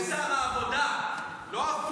מי שאת מאשימה זה את שר העבודה, לא הפוך.